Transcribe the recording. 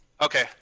Okay